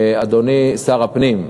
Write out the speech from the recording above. אדוני שר הפנים,